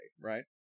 right